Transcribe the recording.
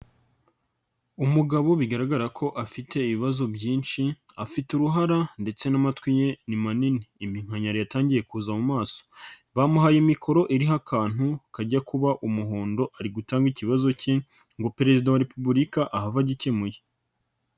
Umugabo bigaragara ko afite ibibazo byinshi afite uruhara ndetse n'amatwi ye ni manini. Imkanyankari yatangiye kuza mu maso, bamuhaye imikoro iriho akantu kajya kuba umuhondo, ari gutanga ikibazo cye ngo perezida wa repubulika ahave agikemuye.